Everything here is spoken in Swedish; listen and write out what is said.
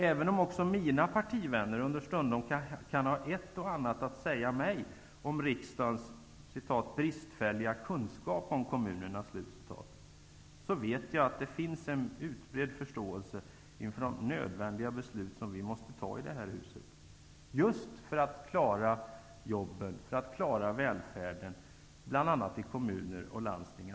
Även om också mina partivänner understundom kan ha ett och annat att säga mig om riksdagens ''bristfälliga kunskap om kommunerna'', vet jag att det finns en utbredd förståelse inför de nödvändiga beslut som vi måste fatta i det här huset just för att klara jobben, för att klara välfärden, bl.a. i kommuner och landsting.